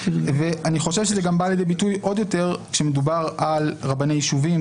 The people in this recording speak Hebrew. אני חושב שזה בא עוד יותר לידי ביטוי כשמדובר על רבני יישובים,